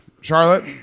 Charlotte